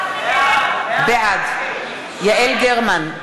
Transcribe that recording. בעד יעל גרמן,